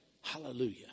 hallelujah